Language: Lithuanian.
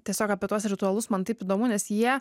tiesiog apie tuos ritualus man taip įdomu nes jie